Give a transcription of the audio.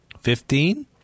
Fifteen